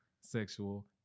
sexual